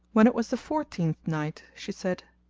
when it was the fourteenth night, she said,